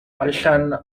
allan